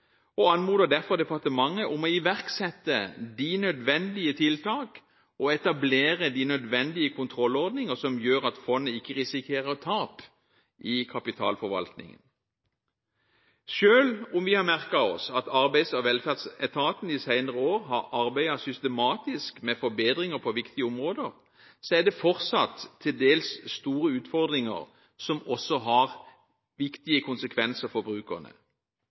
og anmoder derfor departementet om å iverksette de nødvendige tiltak og etablere de nødvendige kontrollordninger som gjør at fondene ikke risikerer tap i kapitalforvaltningen. Selv om vi har merket oss at Arbeids- og velferdsetaten de senere år har arbeidet systematisk med forbedringer på viktige områder, er det fortsatt til dels store utfordringer som også har viktige konsekvenser for brukerne.